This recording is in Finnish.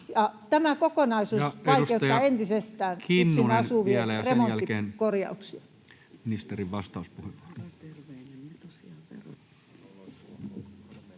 Tämä kokonaisuus vaikeuttaa entisestään yksin asuvien remonttikorjauksia.